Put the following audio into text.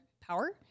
power